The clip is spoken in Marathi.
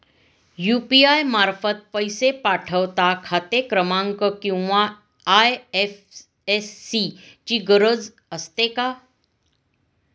यु.पी.आय मार्फत पैसे पाठवता खाते क्रमांक किंवा आय.एफ.एस.सी ची गरज असते का?